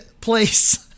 place